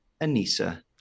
Anissa